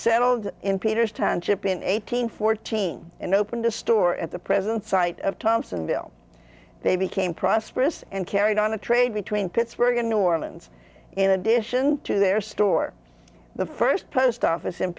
settled in peter's township in eight hundred fourteen and opened a store at the present site of thompson bill they became prosperous and carried on a trade between pittsburgh and new orleans in addition to their store the first post office in